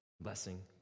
blessing